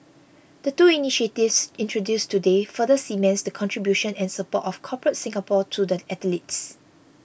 the two initiatives introduced today further cements the contribution and support of Corporate Singapore to the athletes